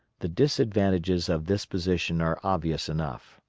the disadvantages of this position are obvious enough.